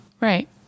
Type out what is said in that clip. Right